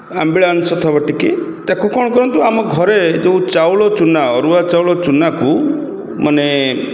ଆମ୍ବିଳା ଅଂଶ ଥିବ ଟିକିଏ ତାକୁ କ'ଣ କରନ୍ତୁ ଆମ ଘରେ ଯେଉଁ ଚାଉଳ ଚୁନା ଅରୁଆ ଚାଉଳ ଚୁନାକୁ ମାନେ